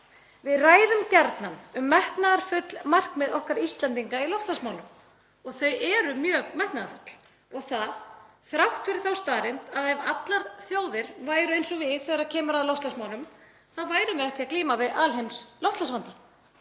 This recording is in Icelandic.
Við ræðum gjarnan um metnaðarfull markmið okkar Íslendinga í loftslagsmálum og þau eru mjög metnaðarfull og það þrátt fyrir þá staðreynd að ef allar þjóðir væru eins og við þegar kemur að loftslagsmálum þá værum við ekki að glíma við alheimsloftslagsvanda.